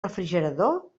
refrigerador